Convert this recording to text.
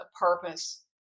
purpose